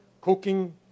cooking